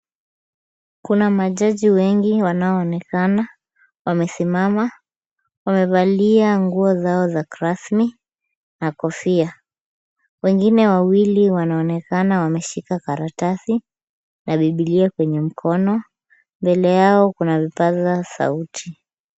Kuna majaji wengi wanaoonekana wamesimama. Wamevalia nguo zao za kirasmi na kofia. Wengine wawili wanaonekana wameshika karatasi na bibilia kwenye mkono. Mbele yao kuna vipaza sauti.